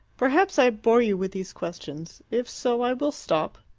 perhaps i bore you with these questions. if so, i will stop.